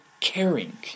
caring